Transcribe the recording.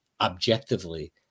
objectively